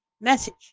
message